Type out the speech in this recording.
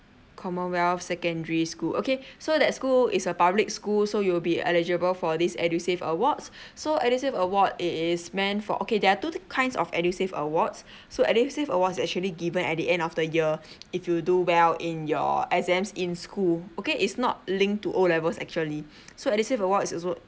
commonwealth secondary school okay so that school is a public school so you'll be eligible for this edusave awards so edusave award it is meant for okay there are two kinds of edusave awards so edusave award is actually given at the end of the year if you do well in your exams in school okay is not linked to O levels actually so edusave award is also